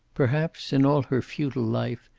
perhaps, in all her futile life,